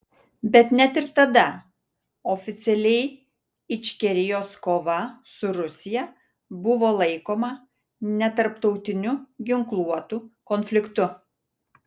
bet net ir tada oficialiai ičkerijos kova su rusija buvo laikoma netarptautiniu ginkluotu konfliktu